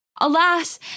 Alas